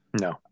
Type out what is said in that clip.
No